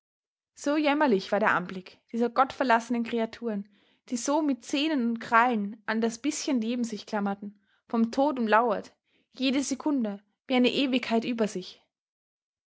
so jämmerlich war der anblick dieser gottverlassenen kreaturen die so mit zähnen und krallen an das bißchen leben sich klammerten vom tod umlauert jede sekunde wie eine ewigkeit über sich